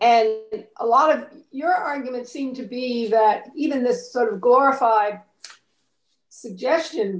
and a lot of your argument seem to be that even the sort of glorified suggestion